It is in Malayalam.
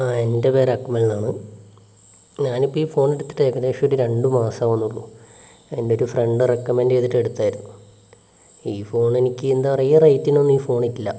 എന്റെ പേര് അക്മൽ എന്നാണ് ഞാൻ ഇപ്പോൾ ഈ ഫോൺ എടുത്തിട്ട് ഏകദേശം ഒരു രണ്ട് മാസം ആകുന്നുള്ളൂ എന്റെ ഒരു ഫ്രണ്ട് റെക്കമൻഡ് ചെയ്തിട്ട് എടുത്തതായിരുന്നു ഈ ഫോൺ എനിക്ക് എന്താണ് പറയുക ഈ റേറ്റിനൊന്നും ഈ ഫോൺ ഇല്ല